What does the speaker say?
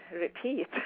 repeat